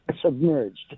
submerged